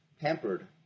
pampered